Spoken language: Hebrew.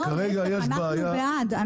לא, להפך, אנחנו בעד.